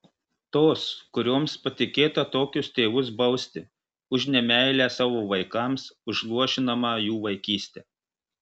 tos kurioms patikėta tokius tėvus bausti už nemeilę savo vaikams už luošinamą jų vaikystę